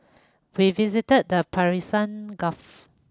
we visited the Persian Gulf